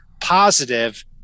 positive